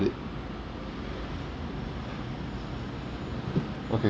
it okay